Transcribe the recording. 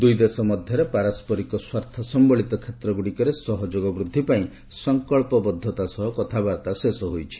ଦୁଇଦେଶ ମଧ୍ୟରେ ପାରସ୍କରିକ ସ୍ୱାର୍ଥ ସମ୍ଭଳିତ କ୍ଷେତ୍ର ଗୁଡିକରେ ସହଯୋଗ ବୃଦ୍ଧି ପାଇଁ ସଂକଳ୍ପବଦ୍ଧତା ସହ କଥାବାର୍ତ୍ତା ଶେଷ ହୋଇଛି